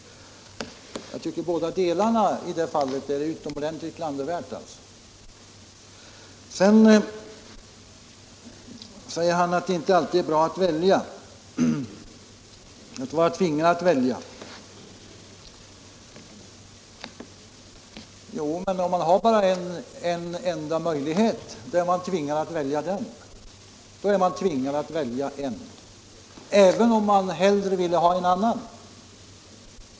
Jag tycker att båda delarna är något mycket klandervärt. Herr Sjöholm säger att det inte alltid är bra att välja, att vara tvingad att välja. Jo, men om man har bara en enda möjlighet är man tvingad att acceptera den. Då är man tvingad att välja en form även om man ville ha en annan.